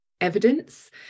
evidence